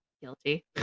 guilty